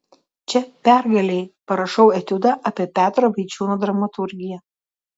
čia pergalei parašau etiudą apie petro vaičiūno dramaturgiją